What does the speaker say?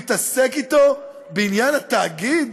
הוא התעסק אתו בעניין התאגיד?